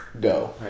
go